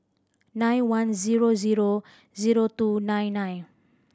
nine one zero zero zero two nine nine